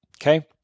okay